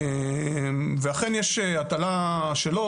יש הטלה שלא